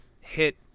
hit